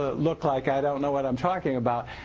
ah look like i don't know what i'm talking about